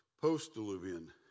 post-diluvian